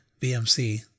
BMC